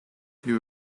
you